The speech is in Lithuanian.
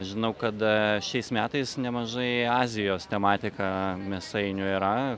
žinau kada šiais metais nemažai azijos tematika mėsainių yra